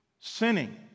sinning